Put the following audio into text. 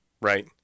right